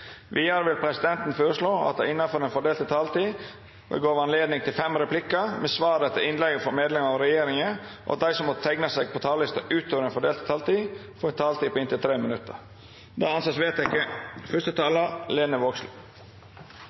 Vidare vil presidenten føreslå at det – innanfor den fordelte taletida – vert gjeve høve til inntil fem replikkar med svar etter innlegg frå medlemer av regjeringa, og at dei som måtte teikna seg på talarlista utover den fordelte taletida, får ei taletid på inntil 3 minutt. – Det er vedteke.